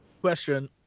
Question